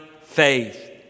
faith